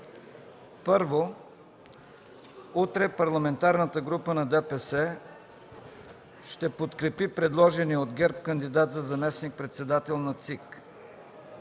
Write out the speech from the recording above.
Първо, утре Парламентарната група на ДПС ще подкрепи предложения от ГЕРБ кандидат за заместник-председател на ЦИК.